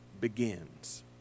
begins